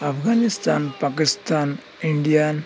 Afghanistan Pakistan India